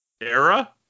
era